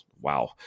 wow